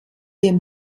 dem